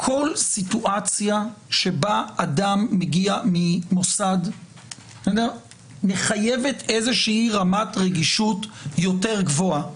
כל סיטואציה שבה אדם מגיע ממוסד מחייבת איזושהי רמת רגישות יותר גבוהה.